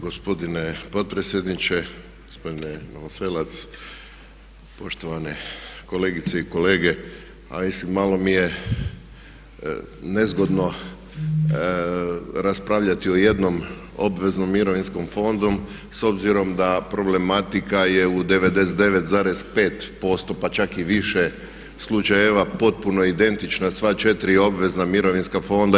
Gospodine potpredsjedniče, gospodine Novoselac, poštovane kolegice i kolege a mislim malo mi je nezgodno raspravljati o jednom obveznom mirovinskom fondu s obzirom da problematika je u 99,5% pa čak i više slučajeva potpuno identična sva četiri obvezna mirovinska fond.